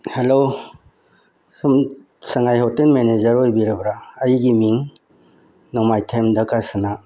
hello ꯁꯣꯝ ꯁꯉꯥꯏ hotel manager ꯑꯣꯏꯕꯤꯔꯕ꯭ꯔꯥ ꯑꯩꯒꯤ ꯃꯤꯡ ꯅꯣꯡꯃꯥꯏꯊꯦꯝ ꯙꯀꯥꯁꯅꯥ